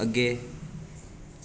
अग्गें